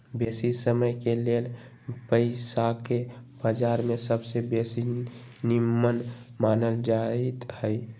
बेशी समयके लेल पइसाके बजार में सबसे बेशी निम्मन मानल जाइत हइ